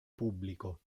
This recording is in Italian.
pubblico